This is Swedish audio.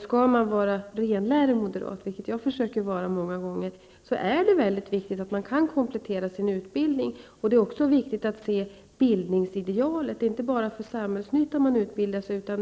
Skall man vara renlärig moderat, vilket jag försöker vara många gånger, har man den uppfattningen att det är viktigt att människor kan komplettera sin utbildning. Det är också viktigt att se bildningsidealet. Det är inte bara för samhällsnyttan man utbildar sig.